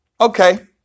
okay